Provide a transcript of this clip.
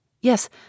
Yes